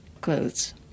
clothes